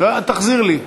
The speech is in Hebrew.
תחזיר לי.